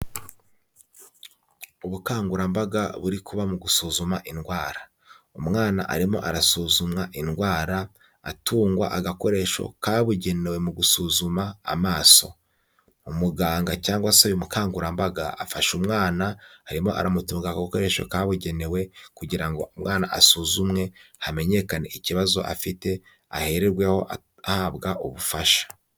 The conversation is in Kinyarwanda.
Ubukangurambaga buri kuba mu gusuzuma indwara. Umwana arimo arasuzumwa indwara, atungwa agakoresho kabugenewe mu gusuzuma amaso. Umuganga cyangwa se umukangurambaga afashe umwana, arimo aramutunga agakoresho kabugenewe, kugira ngo umwana asuzumwe hamenyekane ikibazo afite, ahererweho ahabwa ubufasha.